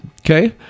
okay